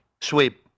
Sweep